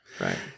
Right